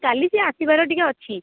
କାଲି ସେ ଆସିବାର ଟିକେ ଅଛି